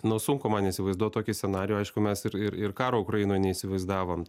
nu sunku man įsivaizduot tokį scenarijų aišku mes ir ir ir karo ukrainoje neįsivaizdavom